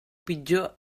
pitjor